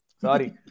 Sorry